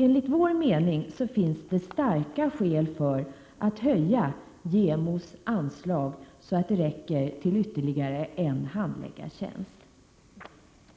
Enligt vår mening finns det starka skäl för att höja JämO:s anslag så att det räcker till ytterligare en handläggartjänst.